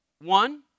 One